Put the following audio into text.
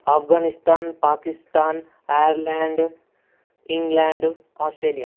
Afghanistan Pakistan Ireland England Australia